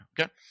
Okay